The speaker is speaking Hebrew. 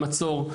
עם מצור,